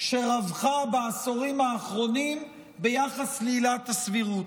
שרווחה בעשורים האחרונים ביחס לעילת הסבירות,